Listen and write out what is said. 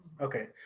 Okay